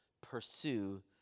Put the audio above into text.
Pursue